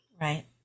Right